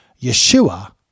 Yeshua